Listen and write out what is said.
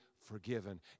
forgiven